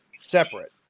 separate